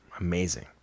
amazing